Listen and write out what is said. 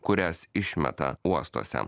kurias išmeta uostuose